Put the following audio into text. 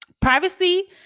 Privacy